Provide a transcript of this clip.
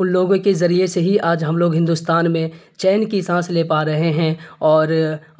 ان لوگو کے ذریعے سے ہی آج ہم لوگ ہندوستان میں چین کی سانس لے پا رہے ہیں اور